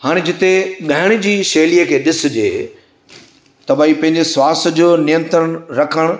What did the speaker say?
हाणे जिते ॻाइण जी शैलीअ खे ॾिसजे त भई पंहिंजे श्वास जो नियंत्रण रखणु